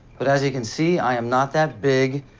but as you can see i am not that big,